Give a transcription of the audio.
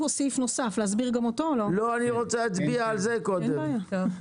על זה קודם.